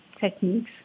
techniques